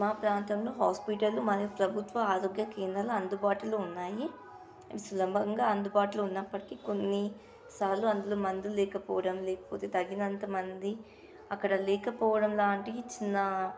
మా ప్రాంతంలో హాస్పిటల్ మరియు ప్రభుత్వ ఆరోగ్య కేంద్రాలు అందుబాటులో ఉన్నాయి సులభంగా అందుబాటులో ఉన్నప్పటికీ కొన్నిసార్లు అందులో మందులు లేకపోవడం లేకపోతే తగినంత మంది అక్కడ లేకపోవడం లాంటి చిన్న